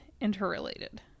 interrelated